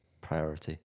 priority